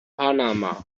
panama